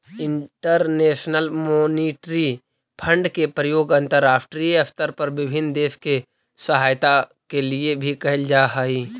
international monetary fund के प्रयोग अंतरराष्ट्रीय स्तर पर विभिन्न देश के सहायता के लिए भी कैल जा हई